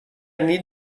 nit